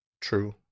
True